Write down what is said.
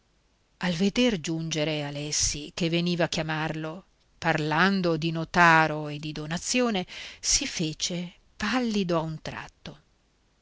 al veder giungere alessi che veniva a chiamarlo parlando di notaro e di donazione si fece pallido a un tratto